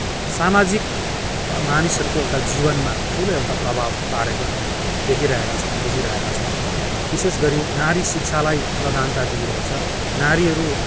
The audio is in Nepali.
सामाजिक ब मानिसहरूको एउटा जीवनमा ठुलो एउटा प्रभाव पारेको हामी देखिरहेका छौँ बुझिरहेका छौँ विशेष गरी नारी शिक्षालाई प्रधानता दिइएको छ नारीहरू